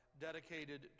dedicated